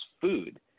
food